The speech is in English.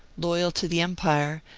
loyal to the empire,